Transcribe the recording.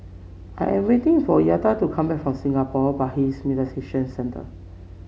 I am waiting for Yetta to come back from Singapore Buddhist Meditation Centre